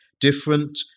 different